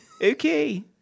Okay